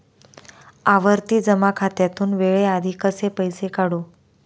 आवर्ती जमा खात्यातून वेळेआधी कसे पैसे काढू?